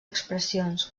expressions